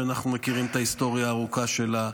שאנחנו מכירים את ההיסטוריה הארוכה שלה,